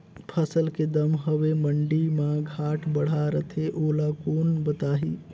फसल के दम हवे मंडी मा घाट बढ़ा रथे ओला कोन बताही?